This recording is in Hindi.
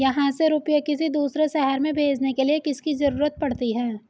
यहाँ से रुपये किसी दूसरे शहर में भेजने के लिए किसकी जरूरत पड़ती है?